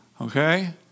Okay